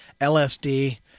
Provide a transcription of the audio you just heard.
LSD